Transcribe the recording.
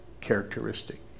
characteristic